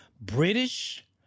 British